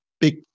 big